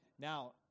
Now